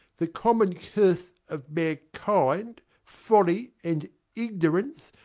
the common curse of mankind, folly and ignorance,